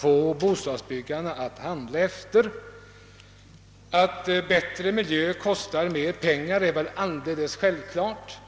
få bostadsbyggarna att gå in för. Bättre miljö kostar mer pengar, det är väl alldeles självklart.